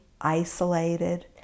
isolated